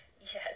Yes